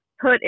put